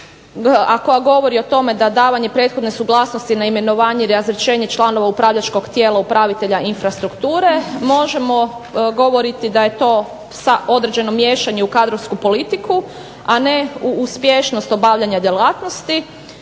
koja govori o tome da davanje prethodne suglasnosti na imenovanje i razrješenje članova upravljačkog tijela upravitelja infrastrukture, možemo govoriti da je to sa određeno miješanje u kadrovsku politiku, a ne u uspješnost obavljanja djelatnosti.